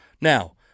Now